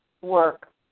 work